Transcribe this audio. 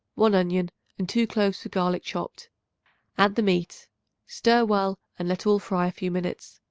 one onion and two cloves of garlic chopped add the meat stir well and let all fry a few minutes.